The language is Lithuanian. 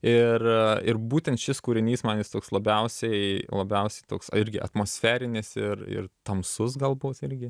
ir ir būtent šis kūrinys man jis toks labiausiai labiausiai toks irgi atmosferinis ir ir tamsus galbūt irgi